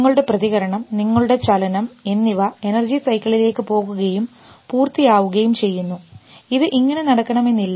നിങ്ങളുടെ പ്രതികരണം നിങ്ങളുടെ ചലനം എന്നിവ എനർജി സൈക്കിളിലേക്ക് പോകുകയും പൂർത്തിയാവുകയും ചെയ്യുന്നു ഇത് ഇങ്ങനെ നടക്കണമെന്നില്ല